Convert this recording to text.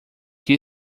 que